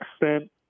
extent